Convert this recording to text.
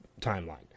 timeline